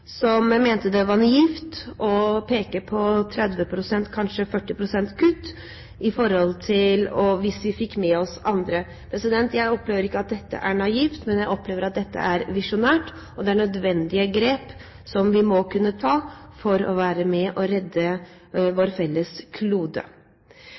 mente det var naivt å peke på 30, kanskje 40 pst. kutt hvis vi fikk med oss andre. Jeg opplever ikke at dette er naivt. Jeg opplever at dette er visjonært, og det er nødvendige grep som vi må ta for å være med og redde